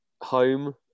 home